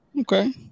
Okay